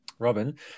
Robin